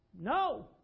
No